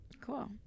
Cool